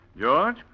George